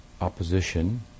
opposition